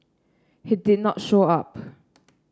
he did not show up